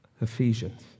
Ephesians